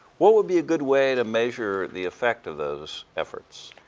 what would be a good way to measure the effect of those efforts?